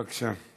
בבקשה.